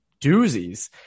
doozies